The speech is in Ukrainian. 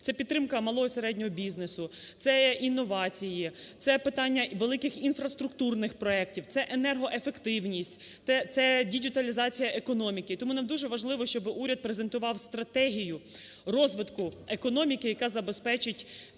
це підтримка малого і середнього бізнесу, це інновації, це питання великих інфраструктурних проектів, це енергоефективність, цедіджиталізація економіки. Тому нам дуже важливо, щоб уряд презентував стратегію розвитку економіки, яка забезпечить